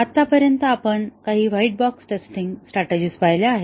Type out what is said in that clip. आतापर्यंत आपण काही व्हाईट बॉक्स टेस्टिंग स्ट्रॅटेजिज पाहिल्या आहेत